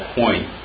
point